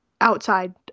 outside